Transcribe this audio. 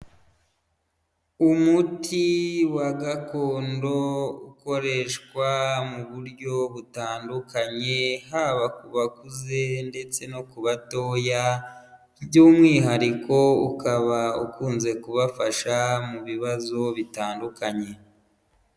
Umuti wa gakondo ukoreshwa mu buryo butandukanye, haba ku bakuze ndetse no ku batoya, by'umwihariko ukaba ukunze kubafasha mu bibazo bitandukanye.